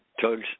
tugs